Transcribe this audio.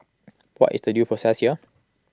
what is the due process here